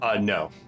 No